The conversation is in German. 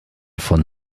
von